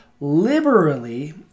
liberally